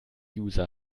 user